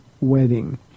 wedding